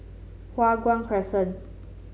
Hua Guan Crescent